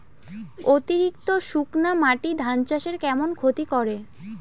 অতিরিক্ত শুকনা মাটি ধান চাষের কেমন ক্ষতি করে?